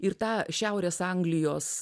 ir tą šiaurės anglijos